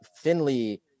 Finley